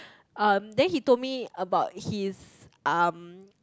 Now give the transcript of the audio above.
um then he told me about his um